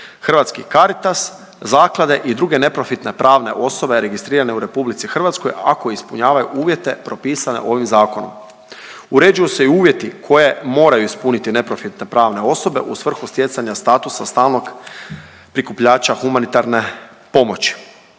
Hrvatski Caritas, zaklade i druge neprofitne pravne osobe registrirane u RH ako ispunjavaju uvjete propisane ovim zakonom. Uređuju se i uvjeti koje moraju ispuniti neprofitne pravne osobe u svrhu stjecanja statusa stalnog prikupljača humanitarne pomoći.